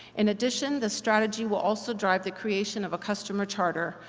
in addition, the strategy will also drive the creation of a customer charter,